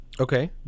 okay